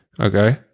Okay